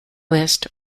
list